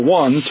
one